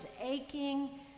aching